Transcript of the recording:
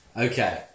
Okay